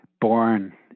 born